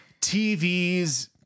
TVs